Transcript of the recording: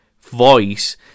voice